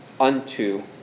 unto